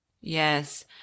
yes